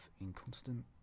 Inconstant